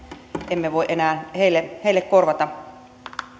emme voi enää heille heille korvata